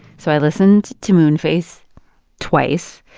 so i listened to moonface twice.